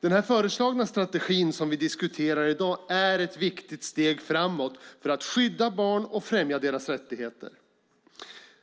Den föreslagna strategin som vi diskuterar i dag är ett viktigt steg framåt för att skydda barn och främja deras rättigheter.